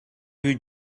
you